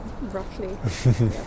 roughly